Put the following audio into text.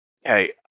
Hey